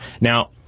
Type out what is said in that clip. Now